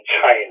China